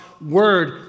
word